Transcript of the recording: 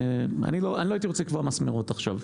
אני לא הייתי רוצה לקבוע מסמרות עכשיו,